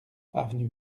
avenue